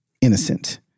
innocent